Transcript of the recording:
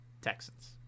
Texans